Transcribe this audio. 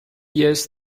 years